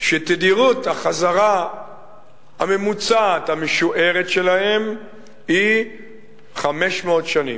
שתדירות החזרה הממוצעת המשוערת שלהם היא 500 שנים.